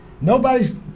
nobody's